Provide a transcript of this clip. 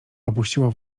opuściła